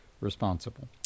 responsible